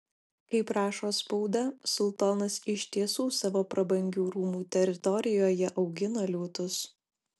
kaip rašo spauda sultonas iš tiesų savo prabangių rūmų teritorijoje augina liūtus